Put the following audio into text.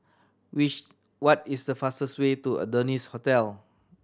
which what is the fastest way to Adonis Hotel